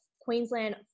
Queensland